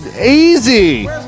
Easy